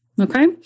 okay